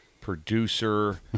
producer